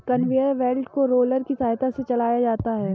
conveyor belt को roller की सहायता से चलाया जाता है